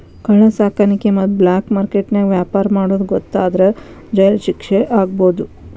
ಕಳ್ಳ ಸಾಕಾಣಿಕೆ ಮತ್ತ ಬ್ಲಾಕ್ ಮಾರ್ಕೆಟ್ ನ್ಯಾಗ ವ್ಯಾಪಾರ ಮಾಡೋದ್ ಗೊತ್ತಾದ್ರ ಜೈಲ್ ಶಿಕ್ಷೆ ಆಗ್ಬಹು